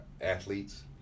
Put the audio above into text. athletes